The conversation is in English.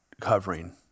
covering